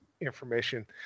information